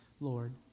Lord